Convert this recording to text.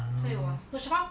ah